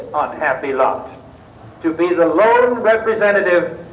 unhappy lot to be the lone representative